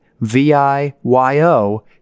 V-I-Y-O